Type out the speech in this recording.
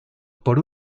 por